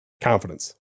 Confidence